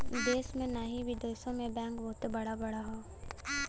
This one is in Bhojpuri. देश में ही नाही बिदेशो मे बैंक बहुते बड़ा बड़ा हौ